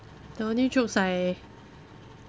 the only jokes I